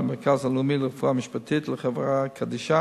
למרכז הלאומי לרפואה משפטית ולחברה קדישא